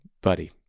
buddy